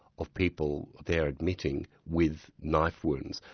of people they're admitting with knife wounds.